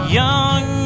young